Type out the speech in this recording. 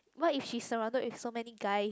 what if she's surrounded by so many guys